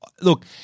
look